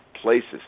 places